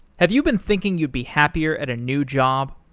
have you been thinking you'd be happier at a new job?